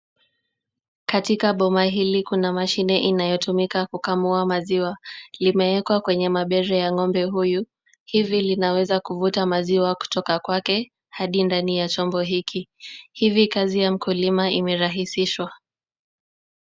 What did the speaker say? Katika boma hili kuna mashine inayotumika kukamua maziwa. Limeekwa kwenye mabere ya ng'ombe huyu, hivi linaweza kuvuta maziwa kutoka kwake hadi ndani ya chombo hiki. Hivi kazi ya mkulima imerahisishwa.